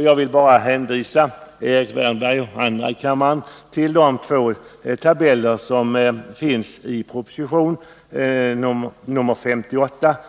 Jag vill bara hänvisa Erik Wärnberg och andra i kammaren till de två tabeller som i proposition 58